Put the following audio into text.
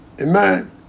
Amen